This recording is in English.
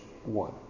one